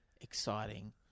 exciting